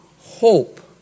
hope